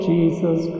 Jesus